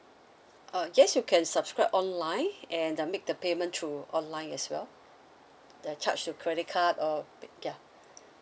uh yes you can subscribe online and uh make the payment through online as well the charge to credit card or yeah